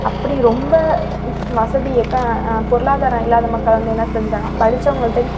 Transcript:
அப்படி ரொம்ப வசதி எக்க பொருளாதாரம் இல்லாத மக்கள் வந்து என்ன செஞ்சாங்க படித்தவங்கள்ட்டேந்து